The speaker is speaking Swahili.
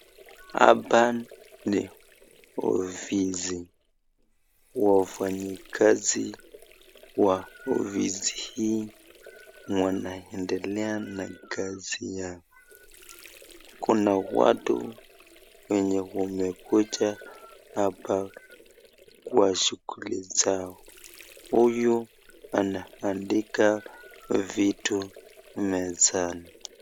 Hapa ni ofisi. Wafanyikazi wa ofisi hii wanaendelea na kazi yao. Kuna watu wenye wamekuja hapa kwa shughuli zao. Huyu anaandika vitu mezani.